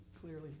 clearly